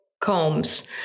combs